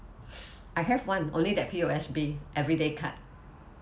I have one only that P_O_S_B everyday card